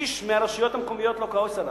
איש מאנשי הרשויות המקומיות לא כועס עלי.